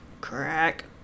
crack